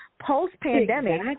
Post-pandemic